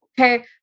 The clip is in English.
Okay